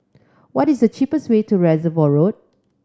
what is the cheapest way to Reservoir Road